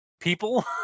people